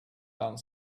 done